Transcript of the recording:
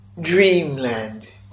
dreamland